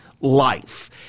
life